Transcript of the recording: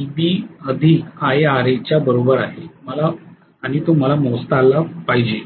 Eb Ia Ra मला मोजता आले पाहिजे